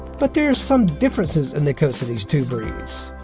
but there are some differences in the coats of these two breeds.